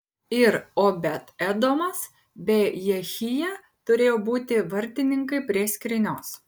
ir obed edomas bei jehija turėjo būti vartininkai prie skrynios